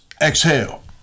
exhale